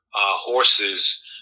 horses